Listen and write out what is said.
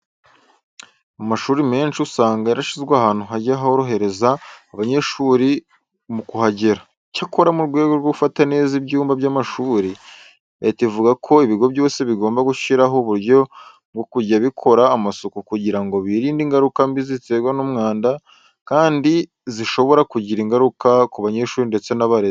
Amashuri menshi usanga yarashyizwe ahantu hazajya horohereza abanyeshuri mu kuhagera. Icyakora, mu rwego rwo gufata neza ibyumba by'amashuri, Leta ivuga ko ibigo byose bigomba gushyiraho uburyo bwo kujya bikora amasuku kugira ngo birinde ingaruka mbi ziterwa n'umwanda kandi zishobora kugira igaruka ku banyeshuri ndetse n'abarezi.